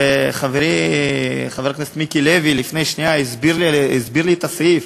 וחברי חבר הכנסת מיקי לוי לפני שנייה הסביר לי את הסעיף,